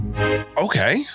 Okay